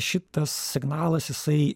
šitas signalas jisai